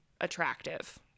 attractive